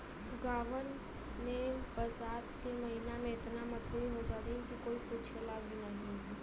गांवन में बरसात के महिना में एतना मछरी हो जालीन की कोई पूछला भी नाहीं